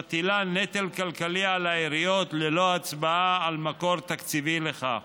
מטילה נטל כלכלי על העיריות ללא הצבעה על מקור תקציבי לכך.